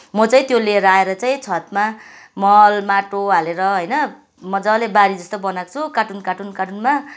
म चाहिँ त्यो लिएर आएर चाहिँ छतमा मल माटो हालेर होइन मजाले बारी जस्तो बनाएको छु कार्टुन कार्टुन कार्टुनमा